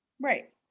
Right